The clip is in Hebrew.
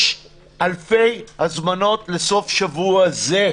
יש אלפי הזמנות לסוף שבוע זה.